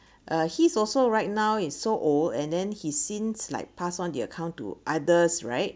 uh he also right now he's so old and then he since like pass on the account to others right